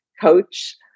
coach